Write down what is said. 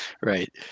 Right